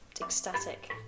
ecstatic